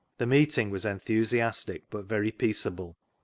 the meeting was enthusiastic but very peaceable.